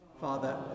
father